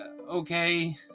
okay